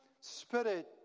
spirit